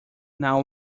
now